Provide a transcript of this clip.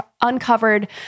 uncovered